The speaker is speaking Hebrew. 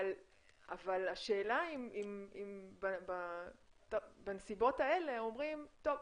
אבל השאלה אם בנסיבות האלה אומרים 'טוב,